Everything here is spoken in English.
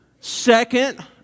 Second